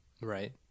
Right